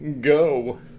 go